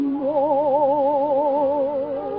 more